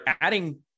adding